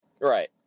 right